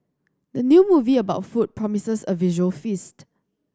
the new movie about food promises a visual feast